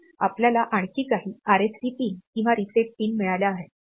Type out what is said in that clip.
मग आपल्याला आणखी काही RST पिन किंवा रीसेट पिन मिळाल्या आहेत